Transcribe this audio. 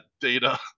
data